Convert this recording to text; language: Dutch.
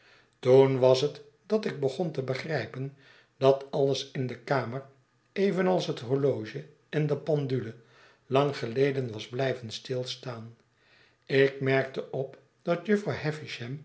toen was het dat ik begon te begrijpen dat alles in de kamer evenals het horloge en de pendule lang geleden was blijven stilstaan ik merkte op dat